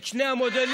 את שני המודלים,